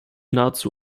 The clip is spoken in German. nahezu